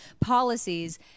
policies